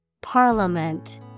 Parliament